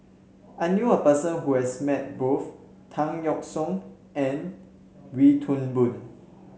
I knew a person who has met both Tan Yeok Seong and Wee Toon Boon